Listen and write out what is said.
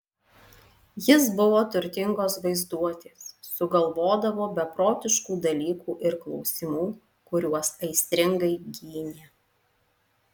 jis buvo turtingos vaizduotės sugalvodavo beprotiškų dalykų ir klausimų kuriuos aistringai gynė